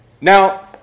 Now